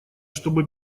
чтобы